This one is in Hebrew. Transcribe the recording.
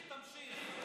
תמשיך, תמשיך.